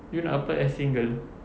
you nak apply as single